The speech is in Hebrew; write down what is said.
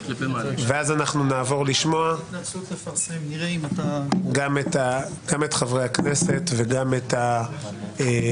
ואז אנחנו נעבור לשמוע גם את חברי הכנסת וגם את הארגונים,